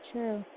True